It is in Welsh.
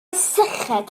syched